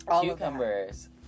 Cucumbers